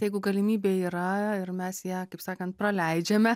jeigu galimybė yra ir mes ją kaip sakant praleidžiame